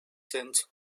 since